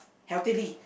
healthily